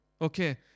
Okay